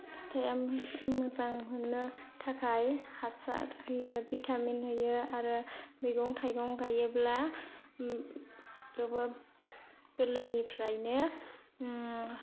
फिथाया मोजां मोननो थाखाय हासार होयो भिटामिन होयो आरो मैगं थाइगं गायोब्ला जोबोर गोरलैनिफ्रायनो